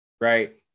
right